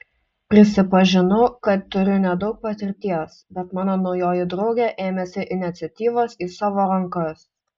prisipažinau kad turiu nedaug patirties bet mano naujoji draugė ėmėsi iniciatyvos į savo rankas